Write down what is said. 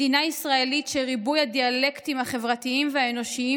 מדינה ישראלית שריבוי הדיאלקטים החברתיים והאנושיים